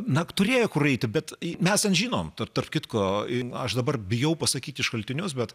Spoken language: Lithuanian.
na turėjo kur eiti bet mes ten žinom ta tarp kitko ir aš dabar bijau pasakyti šaltinius bet